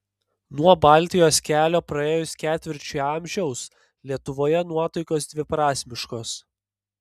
nuo baltijos kelio praėjus ketvirčiui amžiaus lietuvoje nuotaikos dviprasmiškos